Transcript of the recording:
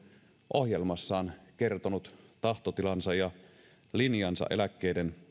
ohjelmassaan kertonut tahtotilansa ja linjansa eläkkeiden